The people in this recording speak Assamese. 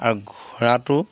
আৰু ঘোঁৰাটো